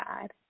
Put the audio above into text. God